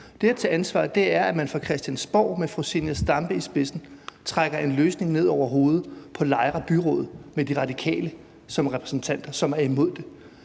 mit spørgsmål, er, at man fra Christiansborg med fru Zenia Stampe i spidsen trækker en løsning ned over hovedet på Lejre Byråd, hvor De Radikale repræsentanter er imod det.